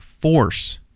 force